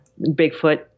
Bigfoot